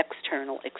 external